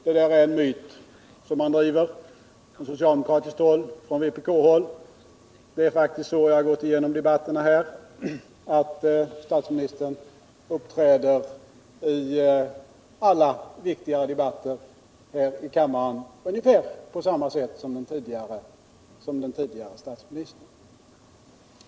Det där är en myt som socialdemokraterna och vpk driver. Jag har gått igenom debatterna och funnit att statsministern uppträtt i alla viktigare debatter här i kammaren, ungefär på samma sätt som den tidigare statsministern.